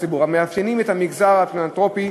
הציבור המאפיינים את המגזר הפילנתרופי,